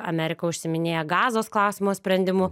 amerika užsiiminėja gazos klausimo sprendimu